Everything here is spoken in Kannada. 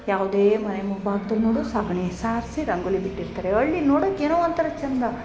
ಯಾವುದೇ ಮನೆ ಮುಂಭಾಗ್ದಲ್ಲಿ ನೋಡು ಸಗಣಿ ಸಾರಿಸಿ ರಂಗೋಲಿ ಬಿಟ್ಟಿರ್ತಾರೆ ಹಳ್ಳಿ ನೋಡೊಕೆ ಏನೋ ಒಂಥರ ಚಂದ